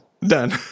Done